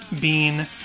bean